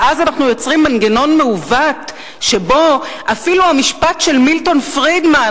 ואז אנחנו יוצרים מנגנון מעוות שבו אפילו המשפט של מילטון פרידמן,